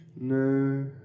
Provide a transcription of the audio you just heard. No